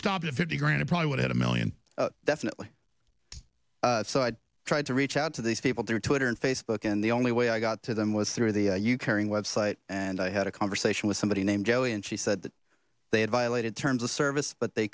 stopped at fifty grand i probably would have a million definitely so i tried to reach out to these people through twitter and facebook and the only way i got to them was through the you caring website and i had a conversation with somebody named kelly and she said that they had violated terms of service but they